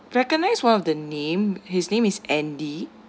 recognize one of the name his name is andy